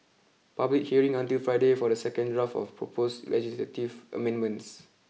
public hearing until Friday for the second draft of proposed legislative amendments